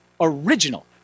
original